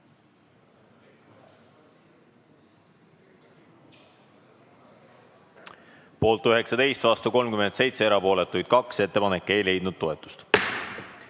Poolt 19, vastu 37, erapooletuid 2. Ettepanek ei leidnud toetust.